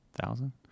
thousand